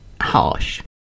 harsh